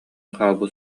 хаалбыт